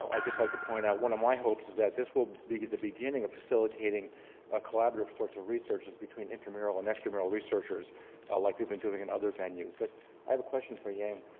um i'd just like to point out one of my hopes is that this will be the beginning of facilitating a collaborative sorts of research between intramural and extramural researchers ah like we've been doing in other venues, but i have a question for yang.